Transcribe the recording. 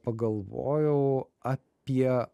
pagalvojau apie